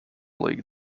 league